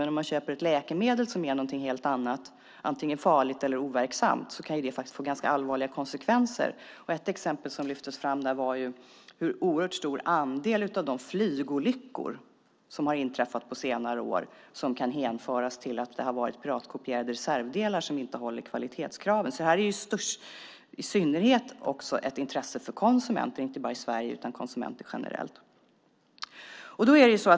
Men om man köper ett läkemedel som är någonting helt annat, antingen farligt eller overksamt, kan det få allvarliga konsekvenser. Ett exempel som lyftes fram var hur oerhört stor andel av de flygolyckor som har inträffat på senare år som kan hänföras till att piratkopierade reservdelar inte motsvarar kvalitetskraven. Det här är alltså i synnerhet också ett intresse för konsumenter inte bara i Sverige utan generellt.